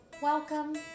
Welcome